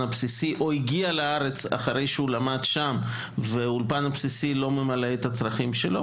הבסיסי או הגיע לארץ אחרי שלמד שם והאולפן הבסיסי לא ממלא את הצרכים שלו